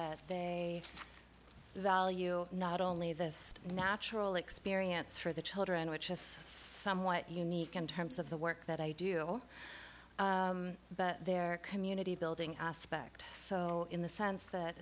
said they value not only this natural experience for the children which is somewhat unique in terms of the work that i do but their community building aspect so in the sense that